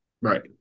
right